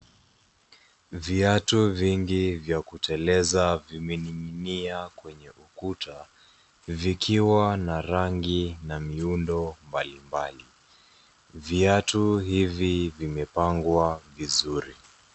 Viatu vingi vya kuteleza vimening'inia kwenye ukuta, vikiwa na rangi na miundo mbalimbali. Viatu hivi vimepangwa vizuri.